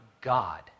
God